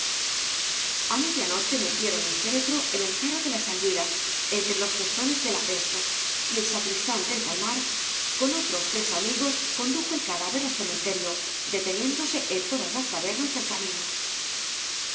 a media noche metieron el féretro en el carro de las anguilas eotre loe cestones de la pesca y el sacristán del palmar coa otros tres amígosj condujo el cadáver al cementerio deteniéndose en todas las tabernas dei camino